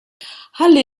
ħalli